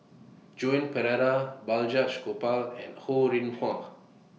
Joan Pereira Balraj Gopal and Ho Rih Hwa